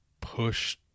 push